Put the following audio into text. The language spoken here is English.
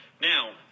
Now